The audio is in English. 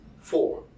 Four